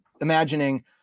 imagining